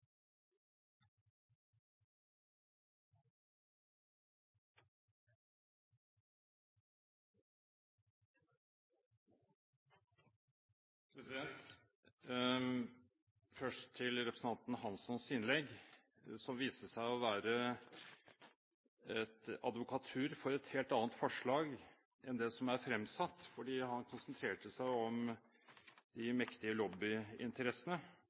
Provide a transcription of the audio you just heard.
Hanssons innlegg, som viste seg å være en advokatur for et helt annet forslag enn det som er fremsatt. Han konsentrerte seg om de mektige lobbyinteressene,